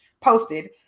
posted